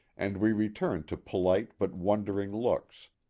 and we returned to polite but wondering looks,